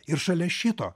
ir šalia šito